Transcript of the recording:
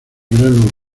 grano